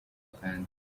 uganda